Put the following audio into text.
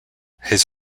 his